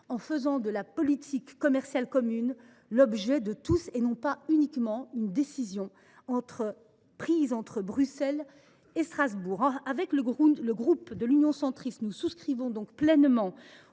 en faisant de la politique commerciale commune l’objet de tous, et non pas uniquement une décision prise entre Bruxelles et Strasbourg. Le groupe Union Centriste partage pleinement